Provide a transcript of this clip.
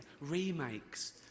remakes